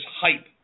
hype